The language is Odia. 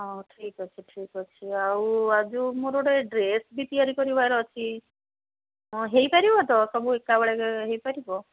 ହଉ ଠିକ୍ ଅଛି ଠିକ୍ ଅଛି ଆଉ ଯେଉଁ ମୋର ଗୋଟେ ଡ୍ରେସ୍ ବି ତିଆରି କରିବାର ଅଛି ହଁ ହେଇପାରିବ ତ ସବୁ ଏକା ବେଳେକେ ହେଇପାରିବ